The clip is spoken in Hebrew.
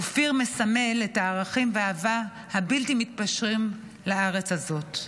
אופיר מסמל את הערכים ואת האהבה הבלתי-מתפשרת לארץ הזאת.